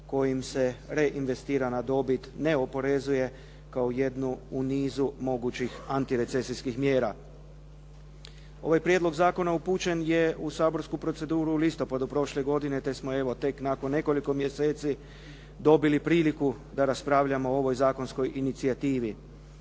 kojim se reinvestira na dobit, ne oporezuje kao jednu u nizu mogućih antirecesijskih mjera. Ovaj prijedlog zakona upućen je u saborsku proceduru u listopadu prošle godine, te smo, evo tek nakon nekoliko mjeseci dobili priliku da raspravljamo o ovoj zakonskoj inicijativi.